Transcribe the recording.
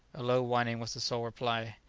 a low whining was the sole reply.